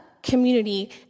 community